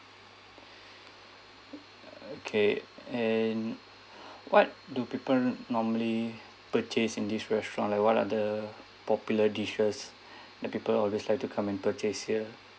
okay and what do people normally purchase in this restaurant like what are the popular dishes the people always like to come and purchase here